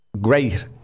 great